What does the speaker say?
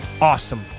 awesome